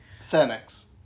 Senex